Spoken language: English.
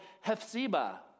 Hephzibah